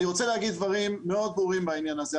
אני רוצה להגיד דברים מאוד ברורים בעניין הזה.